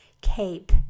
cape